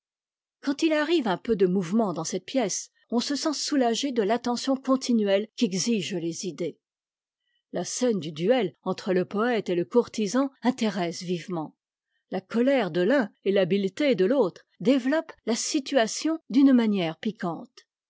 quand il arrive un peu de mouvement dans cette pièce on se sent soulagé je l'attention continuelle qu'exigent les idées la scène du duel entre le poëte et le courtisan intéresse vivement la colère de l'un et t'habiteté de l'autre développent la situation d'une manière piquante